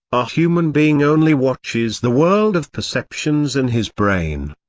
a human being only watches the world of perceptions in his brain.